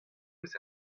eus